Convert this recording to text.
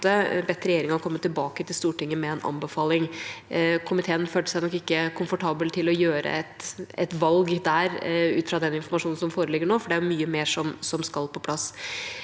bedt regjeringen komme tilbake til Stortinget med en anbefaling. Komiteen følte seg nok ikke komfortabel med å gjøre et valg der ut fra den informasjonen som foreligger nå, for det er mye mer som skal på plass.